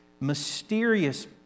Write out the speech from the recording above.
mysterious